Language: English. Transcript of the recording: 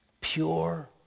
pure